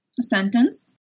sentence